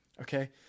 Okay